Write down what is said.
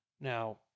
Now